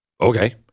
Okay